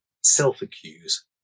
self-accuse